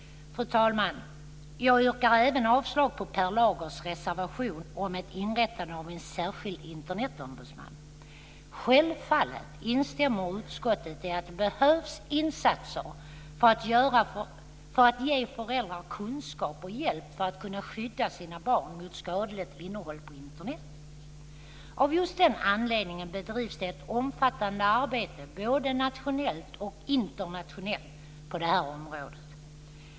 Fru talman! Jag yrkar även avslag på Per Lagers reservation om ett inrättande av en särskild Internetombudsman. Självfallet instämmer utskottet i att det behövs insatser för att ge föräldrar kunskap och hjälp för att kunna skydda sina barn mot skadligt innehåll på Internet. Av just den anledningen bedrivs det ett omfattande arbete både nationellt och internationellt på det här området.